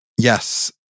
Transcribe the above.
Yes